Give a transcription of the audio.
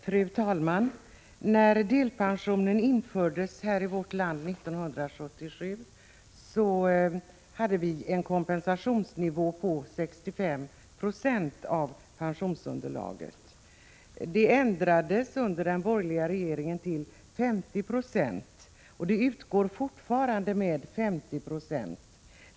Fru talman! När delpensionen infördes i vårt land 1977 hade vi en kompensationsnivå på 65 90 av pensionsunderlaget. Denna nivå ändrades under de borgerliga regeringarna till 50 26, och fortfarande utgår delpension med 50 96 av pensionsunderlaget.